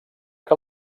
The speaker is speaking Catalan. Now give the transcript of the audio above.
que